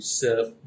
serve